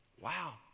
Wow